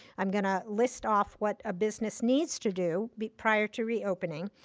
i'm gonna list off what a business needs to do prior to reopening.